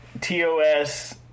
TOS